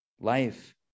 life